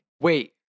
Wait